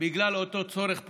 בגלל אותו צורך פוליטי,